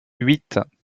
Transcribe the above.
huit